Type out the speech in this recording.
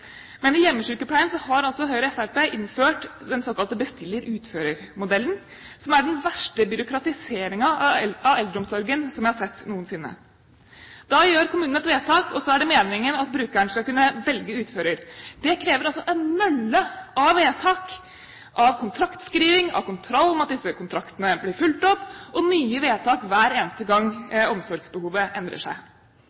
Men i hjemmesykepleien har altså Høyre og Fremskrittspartiet innført den såkalte bestiller/utfører-modellen, som er den verste byråkratiseringen av eldreomsorgen som jeg noensinne har sett. Da gjør kommunen et vedtak, og så er det meningen at brukeren skal kunne velge utfører. Det krever en mølle av vedtak, av kontraktskriving og av kontroll med at disse kontraktene blir fulgt opp, og nye vedtak hver eneste gang